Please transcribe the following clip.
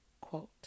quote